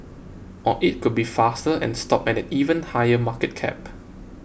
or it could be faster and stop at an even higher market cap